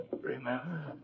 remember